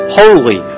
holy